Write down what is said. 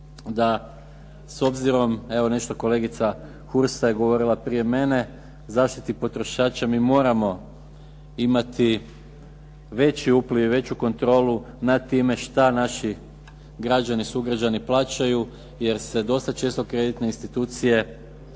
reći, s obzirom evo nešto je kolegica Hursa govorila prije mene, zaštiti potrošača, mi moramo imati veći upliv i veću kontrolu nad time što naši građani plaćaju jer se dosta često kreditne institucije